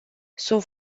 sunt